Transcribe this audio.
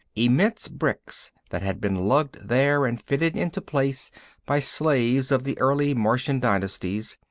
immense bricks that had been lugged there and fitted into place by slaves of the early martian dynasties,